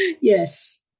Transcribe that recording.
Yes